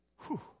Whew